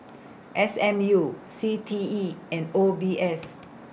S M U C T E and O B S